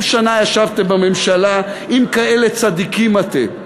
30 שנה ישבתם בממשלה, אם כאלה צדיקים אתם,